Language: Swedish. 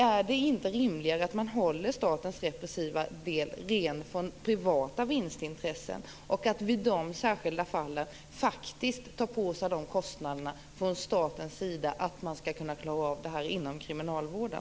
Är det inte rimligare att hålla statens repressiva del ren från privata vinstintressen och att staten i de särskilda fallen tar på sig kostnaderna för att detta skall klaras av inom kriminalvården?